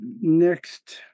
next